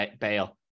Bale